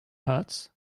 hurts